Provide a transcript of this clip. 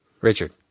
Richard